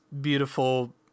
beautiful